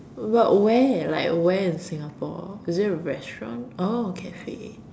but where like where in Singapore is there a restaurant oh cafe